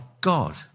God